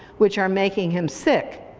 which are making him sick.